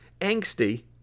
angsty